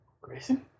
Grayson